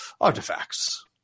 artifacts